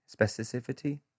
specificity